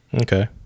Okay